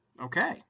Okay